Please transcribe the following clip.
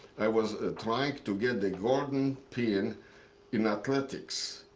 i was trying to get the golden pin in athletics.